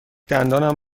دندانم